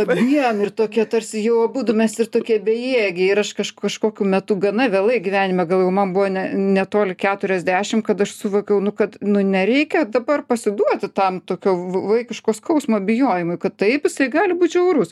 abiem ir tokia tarsi jau abudu mes ir tokie bejėgiai ir aš kažk kažkokiu metu gana vėlai gyvenime galvoju man buvo ne netoli keturiasdešim kad aš suvokiau kad nu nereikia dabar pasiduoti tam tokio vaikiško skausmo bijojimui kad taip jisai gali būt žiaurus